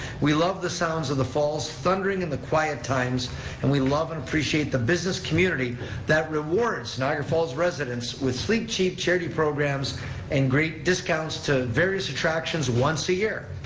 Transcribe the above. we love the sounds of the falls thundering in the quiet times and we love and appreciate the business community that rewards niagara falls residents with sleep cheap charity programs and great discounts to various attractions once a year.